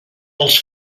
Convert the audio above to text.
als